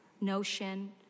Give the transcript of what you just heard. notion